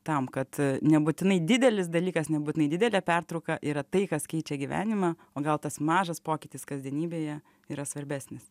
tam kad nebūtinai didelis dalykas nebūtinai didelė pertrauka yra tai kas keičia gyvenimą o gal tas mažas pokytis kasdienybėje yra svarbesnis